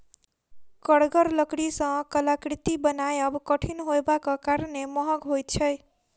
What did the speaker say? कड़गर लकड़ी सॅ कलाकृति बनायब कठिन होयबाक कारणेँ महग होइत छै